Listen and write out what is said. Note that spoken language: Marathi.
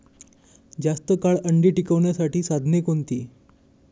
जास्त काळ अंडी टिकवण्यासाठी साधने कोणती?